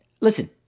listen